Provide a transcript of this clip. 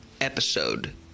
episode